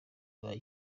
ibaye